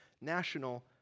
national